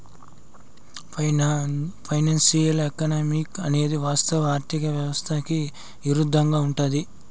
financial economics అనేది వాస్తవ ఆర్థిక వ్యవస్థకి ఇరుద్దంగా ఉంటది